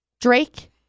Drake